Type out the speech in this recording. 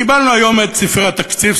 קיבלנו היום את ספרי התקציב,